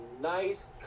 nice